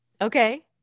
Okay